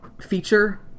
feature